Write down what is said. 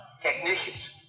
technicians